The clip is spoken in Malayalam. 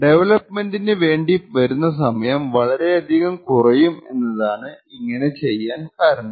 ഡെവലൊപ്മെന്റിന് വേണ്ടി വരുന്ന സമയം വളരെയധികം കുറയും എന്നതാണ് ഇങ്ങനെ ചെയ്യാൻ കാരണം